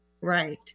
right